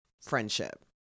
friendship